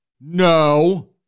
No